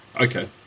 Okay